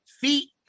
feet